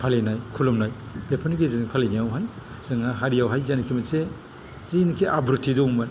फालिनाय खुलुमनाय बेफोरनि गेजेरजों फालिनायावहाय जोंहा हारियावहाय जायनाकि मोनसे जिनिकि आब्रुथि दंमोन